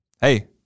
Hey